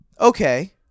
Okay